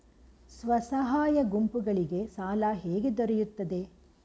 ಸ್ವಸಹಾಯ ಗುಂಪುಗಳಿಗೆ ಸಾಲ ಹೇಗೆ ದೊರೆಯುತ್ತದೆ?